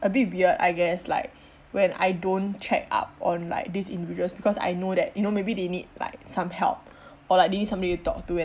a bit weird I guess like when I don't check up on like these individuals because I know that you know maybe they need like some help or like they need somebody to talk to